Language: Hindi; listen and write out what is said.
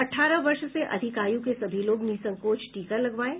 अठारह वर्ष से अधिक आयु के सभी लोग निःसंकोच टीका लगवाएं